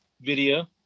video